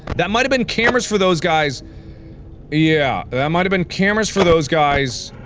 that might've been cameras for those guys yeah that might've been cameras for those guys